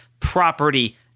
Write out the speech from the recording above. property